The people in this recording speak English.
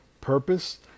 purpose